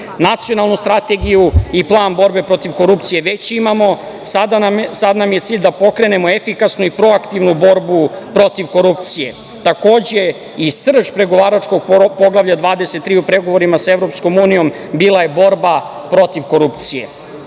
korupciji. Nacionalnu strategiju i plan borbe protiv korupcije već imamo. Sada nam je cilj da pokrenemo efikasnu i proaktivnu borbu protiv korupcije. Takođe, i srž pregovaračkog Poglavlja 23. u pregovorima sa EU bila je borba protiv korupcije.